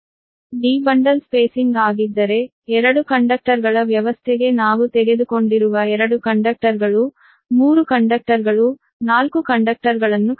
ಆದ್ದರಿಂದ d bundle spacing ಆಗಿದ್ದರೆ 2 ಕಂಡಕ್ಟರ್ಗಳ ವ್ಯವಸ್ಥೆಗೆ ನಾವು ತೆಗೆದುಕೊಂಡಿರುವ 2 ಕಂಡಕ್ಟರ್ಗಳು 3 ಕಂಡಕ್ಟರ್ಗಳು 4 ಕಂಡಕ್ಟರ್ಗಳನ್ನು ಕಲ್ಪಿಸಿಕೊಳ್ಳಿ